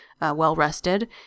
well-rested